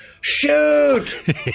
shoot